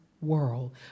world